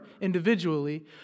individually